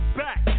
back